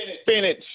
spinach